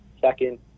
Second